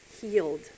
healed